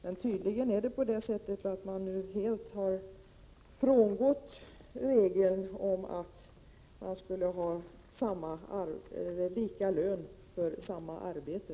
Men tydligen har man nu helt frångått regeln om att ha lika lön för samma arbete.